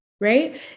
Right